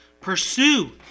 Pursue